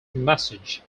message